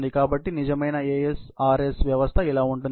కాబట్టి నిజమైన ASRS వ్యవస్థ ఇలా ఉంటుంది